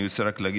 אני רוצה רק להגיד,